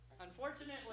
Unfortunately